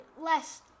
less